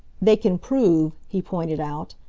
they can prove, he pointed out,